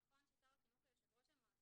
נכון ששר החינוך הוא יושב ראש המועצה,